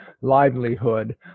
livelihood